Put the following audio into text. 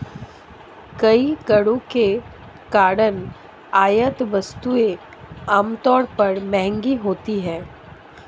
कई करों के कारण आयात वस्तुएं आमतौर पर महंगी होती हैं